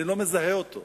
אני לא מזהה אותו.